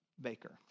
baker